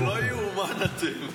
חביבי, אתם, לא ייאמן, אתם.